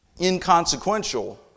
inconsequential